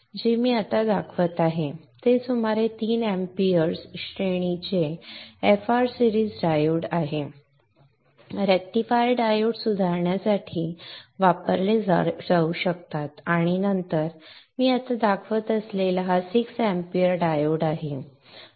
जे मी आत्ता दाखवत आहे ते सुमारे 3 amps श्रेणीचे FR सिरीज डायोड आहे रेक्टिफायर डायोड सुधारण्यासाठी वापरले जाऊ शकतात आणि नंतर मी आत्ता दाखवत असलेला हा 6 amp डायोड आहे